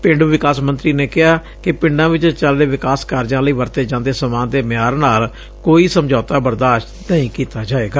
ਪੇਂਡੂ ਵਿਕਾਸ ਮੰਤਰੀ ਨੇ ਕਿਹਾ ਕਿ ਪਿੰਡਾਂ ਵਿਚ ਚੱਲ ਰਹੇ ਵਿਕਾਸ ਕਾਰਜਾਂ ਲਈ ਵਰਤੇ ਜਾਂਦੇ ਸਮਾਨ ਦੇ ਮਿਆਰ ਨਾਲ ਕੋਈ ਸਮਝੌਤਾ ਬਰਦਾਸ਼ਤ ਨਹੀ ਕੀਤਾ ਜਾਵੇਗਾ